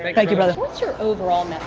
thank thank you brother. what's your overall